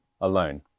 alone